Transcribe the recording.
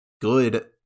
good